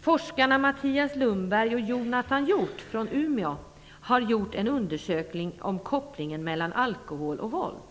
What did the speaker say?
Forskarna Mattias Lundberg och Jonathan Hjort från Umeå har gjort en undersökning om kopplingen mellan alkohol och våld.